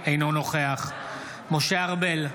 אינו נוכח משה ארבל,